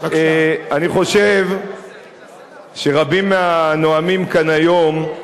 אני חושב שרבים מהנואמים כאן היום,